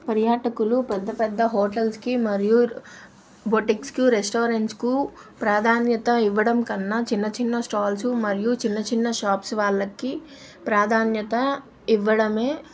పర్యాటకులు పెద్ద పెద్ద హోటల్స్కి మరియు బోటిక్స్కు రెస్టారెంట్స్కు ప్రాధాన్యత ఇవ్వడం కన్నా చిన్న చిన్న స్టాల్సు మరియు చిన్న చిన్న షాప్సు వాళ్ళకి ప్రాధాన్యత ఇవ్వడమే